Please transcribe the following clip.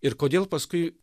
ir kodėl paskui